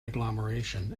agglomeration